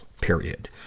period